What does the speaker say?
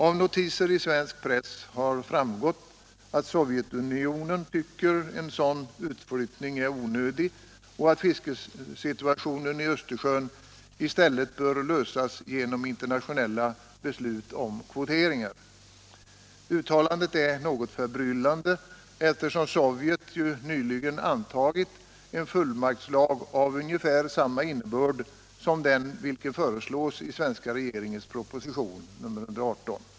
Av notiser i svensk press har framgått att Sovjetunionen tycker att en sådan utflyttning är onödig och att fiskesituationen i Östersjön i stället bör lösas genom internationella beslut om kvoteringar. Uttalandet är något förbryllande, eftersom Sovjet nyligen antagit en fullmaktslag av ungefär samma innebörd som den vilken föreslås i svenska regeringens proposition nr 118.